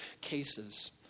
cases